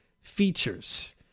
features